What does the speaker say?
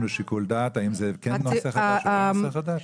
שיקול דעת האם זה כן נושא חדש או לא נושא חדש?